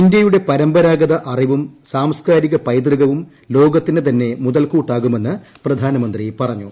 ഇന്ത്യയുടെ പരമ്പരാഗത അറിവും സാംസ്കാരിക പൈതൃകവും ലോകത്തിന് തന്നെ മുതൽക്കൂട്ടാകുമെന്ന് പ്രധാനമന്ത്രി പറഞ്ഞു